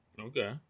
Okay